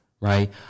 right